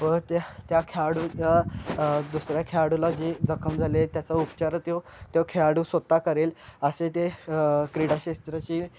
व त्या त्या खेळाडूच्या दुसऱ्या खेळाडूला जे जखम झाली आहे त्याचा उपचार तो त्यो खेळाडू स्वतः करेल असे ते क्रीडाक्षेत्राचे